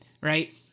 right